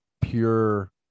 pure